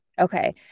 Okay